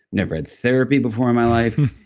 never had therapy before in my life,